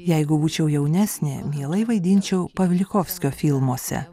jeigu būčiau jaunesnė mielai vaidinčiau pavlikovskio filmuose